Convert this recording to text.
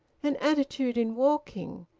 an attitude in walking,